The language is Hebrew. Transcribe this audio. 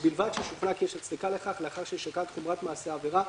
ובלבד ששוכנע כי יש הצדקה לכך לאחר ששקל את חומרת מעשה העבירה,